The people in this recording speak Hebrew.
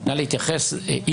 נא להתייחס אם